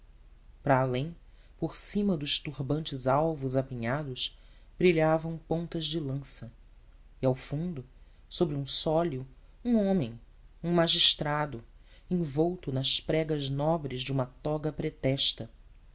para além por cima dos turbantes alvos apinhados brilhavam pontas de lança e ao fundo sobre um sólio um homem um magistrado envolto nas pregas nobres de uma toga pretexta